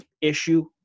issue